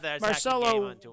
Marcelo